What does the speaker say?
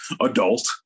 adult